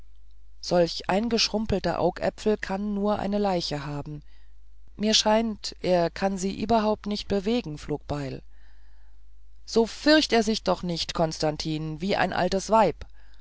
solche verschrumpelte augäpfel kann nur eine leiche haben mir scheint er kann sie ieberhaupt nicht bewegen flugbeil so fircht er sich doch nicht konstantin wie ein altes weib